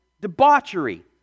debauchery